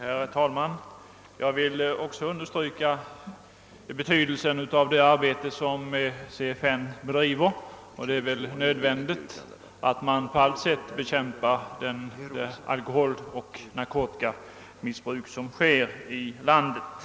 Herr talman! Jag vill också understryka betydelsen av det arbete som CFN bedriver. Det är nödvändigt att på allt sätt bekämpa det alkoholoch narkotikamissbruk som förekommer i landet.